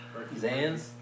Zans